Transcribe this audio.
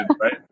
right